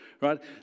right